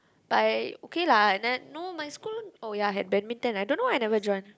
but I okay lah and then no my school oh ya have badminton I don't know why I never join